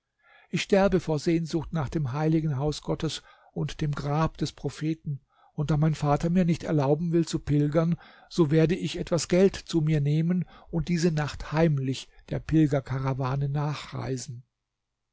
ich sterbe vor sehnsucht nach dem heiligen haus gottes und dem grab des propheten und da mein vater mir nicht erlauben will zu pilgern so werde ich etwas geld zu mir nehmen und diese nacht heimlich der pilgerkarawane nachreisen